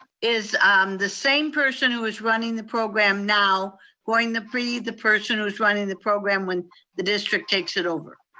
is um the same person who is running the program now going to be the person who's running the program when the district takes it over?